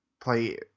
play